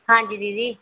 ਹਾਂਜੀ ਦੀਦੀ